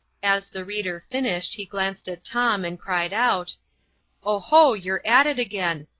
as the reader finished, he glanced at tom, and cried out oho, you're at it again!